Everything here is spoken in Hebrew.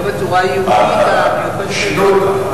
לא בצורה הייעודית המיוחדת.